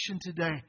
today